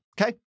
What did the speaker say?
Okay